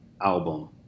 album